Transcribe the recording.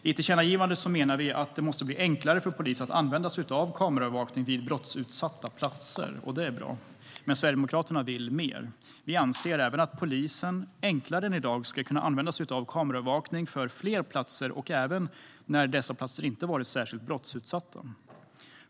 I tillkännagivandet menar vi att det måste bli enklare för polisen att få använda sig av kameraövervakning vid brottutsatta platser, och det är bra. Men Sverigedemokraterna vill mer. Vi anser även att polisen enklare än i dag ska kunna använda sig av kameraövervakning för fler platser och även när dessa platser inte varit särskilt brottsutsatta.